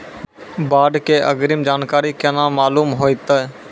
बाढ़ के अग्रिम जानकारी केना मालूम होइतै?